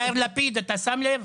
יאיר לפיד, אתה שם לב?